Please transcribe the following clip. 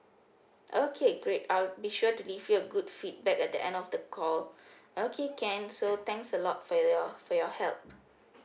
okay great I'll be sure to leave you a good feedback at the end of the call okay can so thanks a lot for your for your help